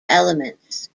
elements